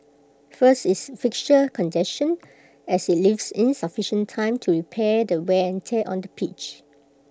first is fixture congestion as IT leaves insufficient time to repair the wear and tear on the pitch